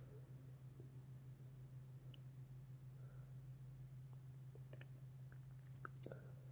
ಅಡಿಕೆ ಬೆಳೆಗಾರರಿಗೆ ಉತ್ತಮ ಕೃಷಿ ಸಲಹೆ ಮತ್ತ ಸಹಕಾರವನ್ನು ಸರ್ಕಾರ ನಿಡತೈತಿ